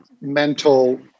mental